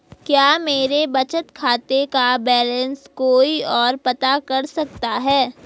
क्या मेरे बचत खाते का बैलेंस कोई ओर पता कर सकता है?